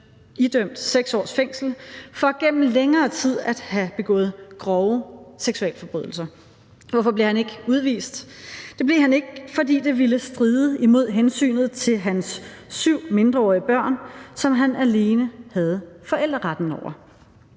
idømt 6 års fængsel for gennem længere tid at have begået grove seksualforbrydelser. Hvorfor blev han ikke udvist? Det blev han ikke, fordi det ville stride imod hensynet til hans syv mindreårige børn, som han alene havde forældreretten over.